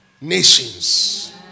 nations